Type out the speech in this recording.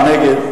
9,